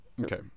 okay